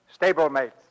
Stablemates